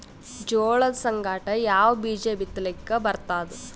ಜೋಳದ ಸಂಗಾಟ ಯಾವ ಬೀಜಾ ಬಿತಲಿಕ್ಕ ಬರ್ತಾದ?